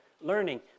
learning